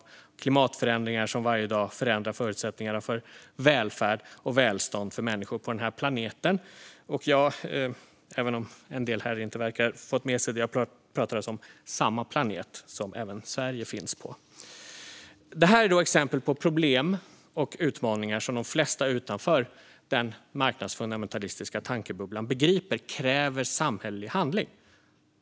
Det handlar om klimatförändringarna som varje dag förändrar förutsättningarna för välfärd och välstånd för människor på den här planeten - och även om en del här inte verkar ha fått med sig det pratar jag alltså om samma planet som även Sverige finns på. Det här är exempel på problem och utmaningar som de flesta utanför den marknadsfundamentalistiska tankebubblan begriper kräver samhällelig handling.